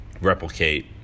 replicate